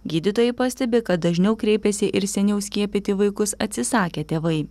gydytojai pastebi kad dažniau kreipiasi ir seniau skiepyti vaikus atsisakę tėvai